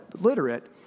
literate